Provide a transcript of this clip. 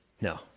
No